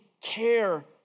care